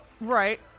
right